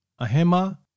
Ahema